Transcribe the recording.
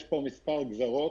יש פה כמה גזרות,